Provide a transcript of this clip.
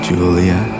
Julia